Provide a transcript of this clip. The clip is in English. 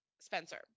Spencer